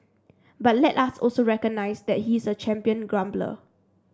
but let us also recognise that he is a champion grumbler